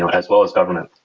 and as well as government.